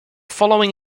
following